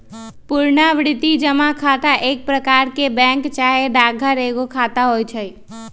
पुरनावृति जमा खता एक प्रकार के बैंक चाहे डाकघर में एगो खता होइ छइ